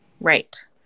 Right